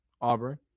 Auburn